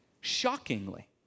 shockingly